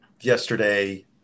yesterday